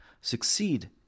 succeed